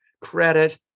credit